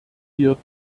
wir